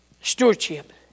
Stewardship